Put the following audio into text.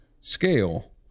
scale